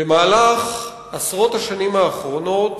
במהלך עשרות השנים האחרונות,